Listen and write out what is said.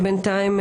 ובינתיים,